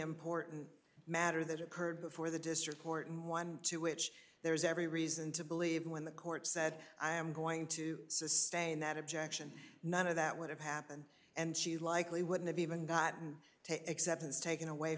important matter that occurred before the district court in one to which there is every reason to believe when the court said i am going to sustain that objection none of that would have happened and she likely wouldn't have even gotten to exceptions taken away